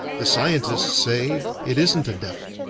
the scientists say it isn't a devil,